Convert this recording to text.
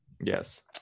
Yes